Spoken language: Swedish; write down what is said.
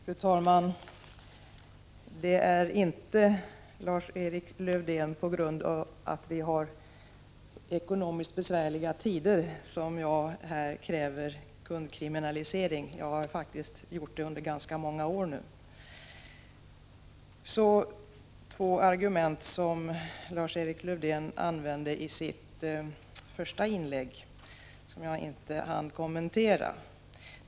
Fru talman! Det är inte, Lars-Erik Lövdén, på grund av att vi har ekonomiskt besvärliga tider som jag här kräver kundkriminalisering. Jag har faktiskt gjort det under ganska många år nu. Så till två argument som Lars-Erik Lövdén använde i sitt första inlägg men som jag inte hann kommentera.